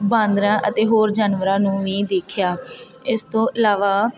ਬਾਂਦਰਾ ਅਤੇ ਹੋਰ ਜਾਨਵਰਾਂ ਨੂੰ ਵੀ ਦੇਖਿਆ ਇਸ ਤੋਂ ਇਲਾਵਾ